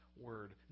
word